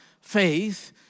faith